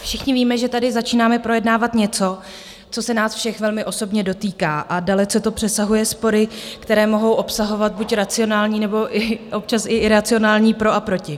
Všichni víme, že tady začínáme projednávat něco, co se nás všech velmi osobně dotýká, a dalece to přesahuje spory, které mohou obsahovat buď racionální, nebo občas i iracionální pro a proti.